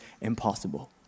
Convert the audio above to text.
Impossible